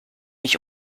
mich